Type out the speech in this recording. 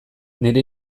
nire